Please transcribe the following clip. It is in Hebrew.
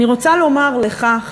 אני רוצה לומר לך,